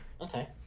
okay